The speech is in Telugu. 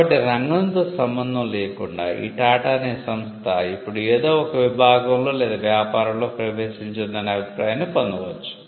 కాబట్టి రంగంతో సంబంధం లేకుండా ఈ టాటా అనే సంస్థ ఇప్పుడు ఏదో ఒక విభాగంలో లేదా వ్యాపారంలో ప్రవేశించిందనే అభిప్రాయాన్ని పొందవచ్చు